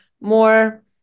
more